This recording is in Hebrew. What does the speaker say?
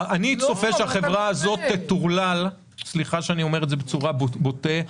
אני צופה שהחברה הזאת "תטורלל" סליחה שאני אומר בצורה בוטה.